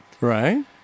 Right